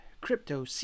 crypto